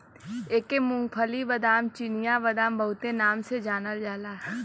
एके मूंग्फल्ली, बादाम, चिनिया बादाम बहुते नाम से जानल जाला